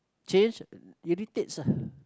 change irritates ah